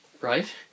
right